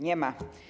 Nie ma.